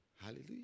Hallelujah